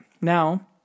Now